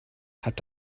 hat